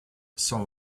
cent